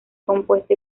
compuesta